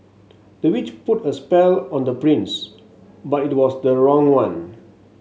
the witch put a spell on the prince but it was the wrong one